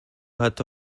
حتا